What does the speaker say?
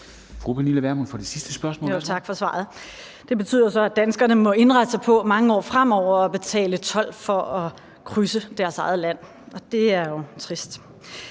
Pernille Vermund (NB): Tak for svaret. Det betyder jo så, at danskerne må indrette sig på mange år fremover at betale told for at krydse deres eget land, og det er jo trist.